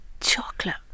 chocolate